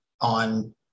on